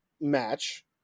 match